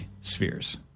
spheres